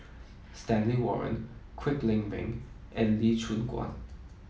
Stanley Warren Kwek Leng Beng and Lee Choon Guan